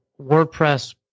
wordpress